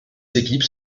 équipes